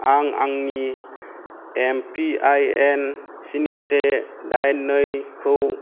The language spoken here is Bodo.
आं आंनि एम पि आइ एन स्नि से दाइन नैखौ